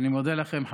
אני מודה לכם,